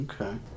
Okay